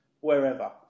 wherever